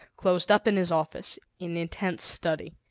closed up in his office, in intense study.